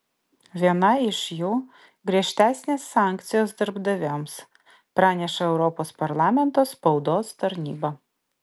viena iš jų griežtesnės sankcijos darbdaviams praneša europos parlamento spaudos tarnyba